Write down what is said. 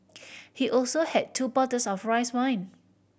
he also had two bottles of rice wine